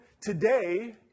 today